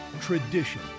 tradition